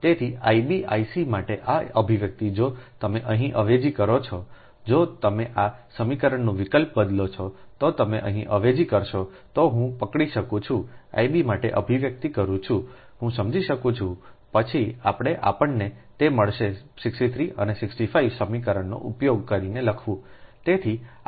તેથી I b I c માટે આ અભિવ્યક્તિ જો તમે અહીં અવેજી કરો છો જો તમે આ સમીકરણનો વિકલ્પ બદલો છો તો તમે અહીં અવેજી કરશો તો હું પકડી શકું છું I b માટે અભિવ્યક્તિ કરું છું હું સમજી શકું છુંપછી આપણે આપણને તે મળશે 63 અને 65 સમીકરણનો ઉપયોગ કરીને લખવું